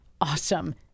awesome